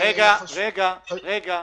בלי לדעת איך לעבוד עם ילדים,